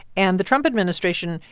and the trump administration,